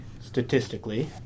Statistically